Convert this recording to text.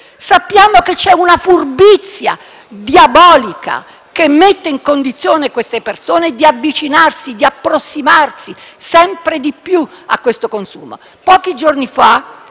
Sappiamo che c'è una furbizia diabolica che mette queste persone nella condizione di avvicinarsi e approssimarsi sempre di più a questo consumo.